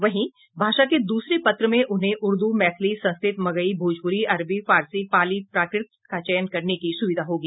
वहीं भाषा के दूसरे पत्र में उन्हें उर्दू मैथिली संस्कृत मगही भोजपुरी अरबी फारसी पाली प्राकृत का चयन करने की सुविधा होगी